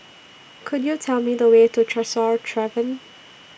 Could YOU Tell Me The Way to Tresor Tavern